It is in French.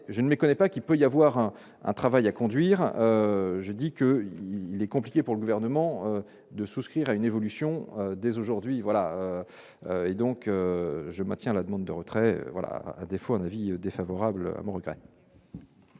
je ne connais pas qu'il peut y avoir un un travail à conduire, je dis que il est compliqué pour le gouvernement de souscrire à une évolution des aujourd'hui voilà et donc je maintiens la demande de retrait voilà, à défaut, un avis défavorable mon regret.